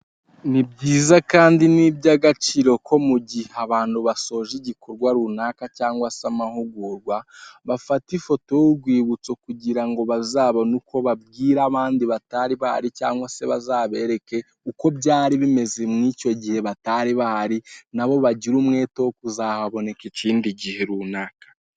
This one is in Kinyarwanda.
Ni byiza kandi ni ibyagaciro ko mu gihe abantu basoje igikorwa runaka cyangwa se amahugurwa bafata ifoto y'urwibutso, kugira ngo bazabone uko babwira abandi batari bahari cyangwa se bazabereke uko byari bimeze mu icyo gihe batari bahari nabo bagire umwete wo kuzahaboneka ikindi gihe runaka.